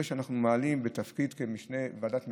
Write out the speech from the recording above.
ואני חושב שזה שאנחנו מעלים את זה בוועדת המשנה,